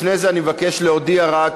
לפני זה אני מבקש להודיע רק,